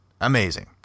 Amazing